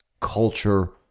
culture